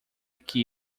que